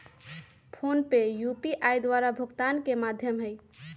PhonePe UPI द्वारा भुगतान के माध्यम हइ